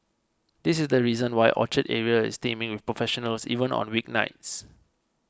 this is the reason why Orchard area is teeming with professionals even on week nights